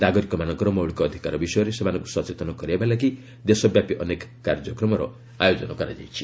ନାଗରିକମାନଙ୍କର ମୌଳିକ ଅଧିକାର ବିଷୟରେ ସେମାନଙ୍କୁ ସଚେତନ କରାଇବା ଲାଗି ଦେଶବ୍ୟାପୀ ଅନେକ କାର୍ଯ୍ୟକ୍ରମର ଆୟୋଜନ କରାଯାଇଛି